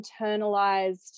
internalized